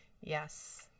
Yes